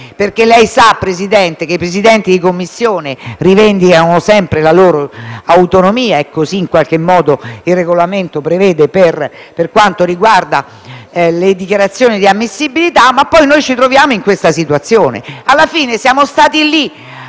perché lei sa, Presidente, che i Presidenti di Commissione rivendicano sempre la loro autonomia - e questo lo prevede anche il Regolamento - per quanto riguarda le dichiarazioni di ammissibilità, ma poi ci troviamo in questa situazione. Alla fine siamo stati